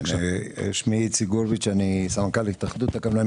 שמי איציק גורביץ, אני סמנכ"ל התאחדות הקבלנים